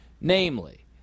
Namely